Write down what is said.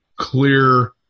clear